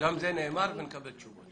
גם זה נאמר ונקבל תשובות.